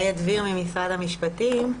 איה דביר, ממשרד המשפטים.